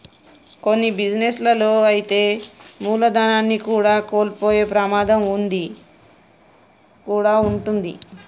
కొన్ని బిజినెస్ లలో అయితే మూలధనాన్ని కూడా కోల్పోయే ప్రమాదం కూడా వుంటది